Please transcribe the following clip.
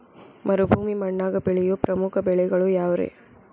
ಮರುಭೂಮಿ ಮಣ್ಣಾಗ ಬೆಳೆಯೋ ಪ್ರಮುಖ ಬೆಳೆಗಳು ಯಾವ್ರೇ?